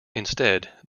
instead